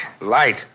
Light